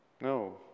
No